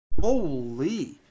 Holy